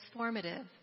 transformative